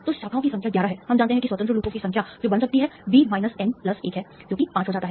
तो शाखाओं की संख्या 11 है हम जानते हैं कि स्वतंत्र लूपों की संख्या जो बन सकती है बी माइनस एन प्लस 1 है जो कि 5 हो जाता है